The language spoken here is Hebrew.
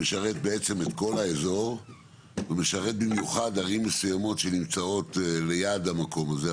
שמשרת את כל האזור ומשרת במיוחד ערים מסוימות שנמצאות ליד המקום הזה,